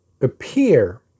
appear